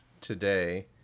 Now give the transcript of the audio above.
today